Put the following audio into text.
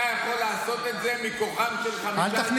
אתה יכול לעשות את זה מכוחם של 15 ח"כים,